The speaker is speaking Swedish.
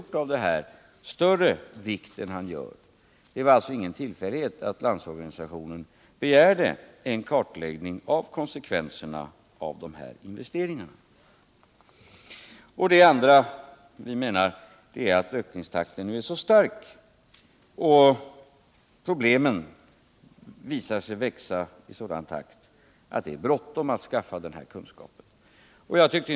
ute bland löntagarna större vikt än han gör. Det var alltså ingen tillfällighet att Landsorganisationen begärde en kartläggning av konsekvenserna av dessa investeringar. Vi menar också att ökningstakten nu är så stor och att problemen visar sig växa I sådan takt att det är bråttom att skaffa den här kunskapen. Jag tycker .